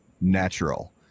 natural